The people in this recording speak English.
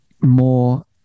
more